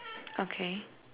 okay